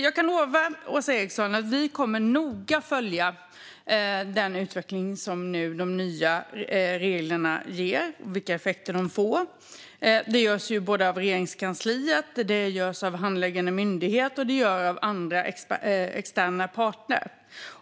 Jag kan lova Åsa Eriksson att vi noga kommer att följa den utveckling som de nya reglerna ger och vilka effekter de får. Detta görs av Regeringskansliet, av handläggande myndighet och av andra externa parter.